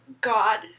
God